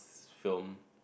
shorm